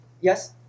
Yes